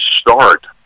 start